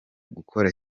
gukora